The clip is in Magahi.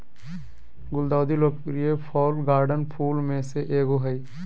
गुलदाउदी लोकप्रिय फ़ॉल गार्डन फूल में से एगो हइ